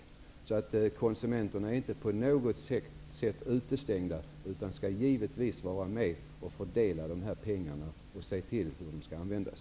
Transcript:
Konsumenterna skall alltså inte på något sätt utestängas utan skall givetvis vara med vid fördelningen av dessa pengar och få ha synpunkter på hur de skall användas.